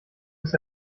ist